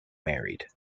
married